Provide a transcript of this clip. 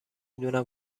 دونم